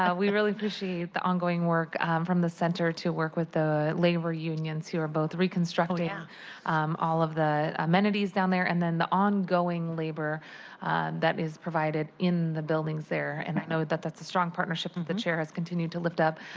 ah we really appreciate the ongoing work from the center to work with the labor unions, who are both reconstructing yeah um all of the amenities down there, and then the ongoing labor that is provided in the buildings there. and i know that's a strong partnership the chair has continued to lift up,